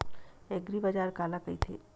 एग्रीबाजार काला कइथे?